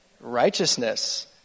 Righteousness